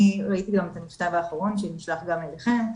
אני ראיתי את המכתב האחרון שנשלח גם אליכם,